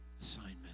assignment